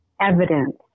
evidence